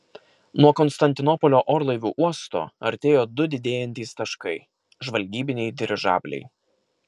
nuo konstantinopolio orlaivių uosto artėjo du didėjantys taškai žvalgybiniai dirižabliai